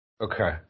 Okay